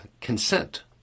consent